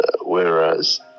whereas